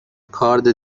کارد